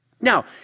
Now